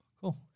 Cool